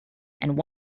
and